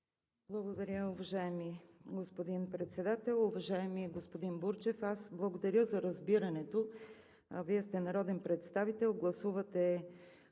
Благодаря, уважаеми господин Председател. Уважаеми господин Бурджев, благодаря, за разбирането. Вие сте народен представител, гласувате